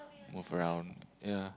move around ya